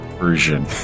version